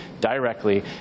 directly